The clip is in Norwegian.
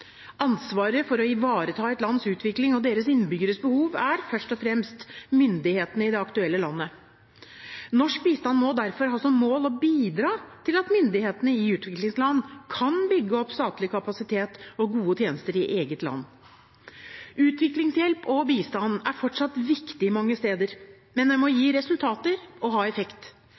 Ansvaret for å ivareta et lands utvikling og dets innbyggeres behov tilligger først og fremst myndighetene i det aktuelle landet. Norsk bistand må derfor ha som mål å bidra til at myndighetene i utviklingsland kan bygge opp statlig kapasitet og gode tjenester i eget land. Utviklingshjelp og bistand er fortsatt viktig mange steder, men det må gi resultater og ha effekt.